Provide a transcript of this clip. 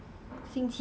I think